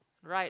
write